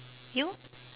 you